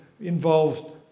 involved